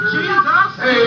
Jesus